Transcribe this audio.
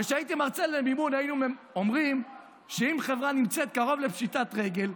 וכשהייתי מרצה למימון היו אומרים שאם חברה נמצאת קרוב לפשיטת רגל,